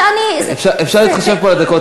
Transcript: אפשר להתחשב בדקות.